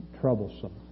troublesome